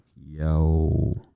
yo